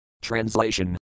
Translation